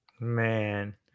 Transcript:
Man